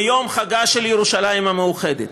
ביום חגה של ירושלים המאוחדת,